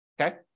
okay